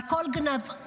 על כל גווניו,